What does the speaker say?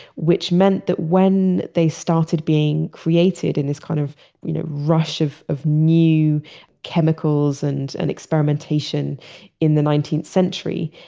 which meant that when they started being created in this kind of you know rush of of new chemicals and and experimentation in the nineteenth century,